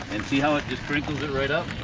and see how it just sprinkles it right up?